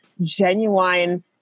genuine